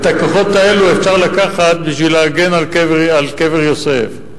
את הכוחות האלו אפשר לקחת בשביל להגן על קבר יוסף.